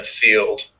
field